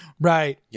Right